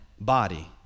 body